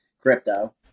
crypto